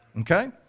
okay